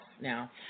now